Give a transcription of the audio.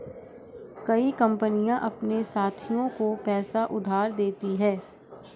कई कंपनियां अपने साथियों को पैसा उधार देती हैं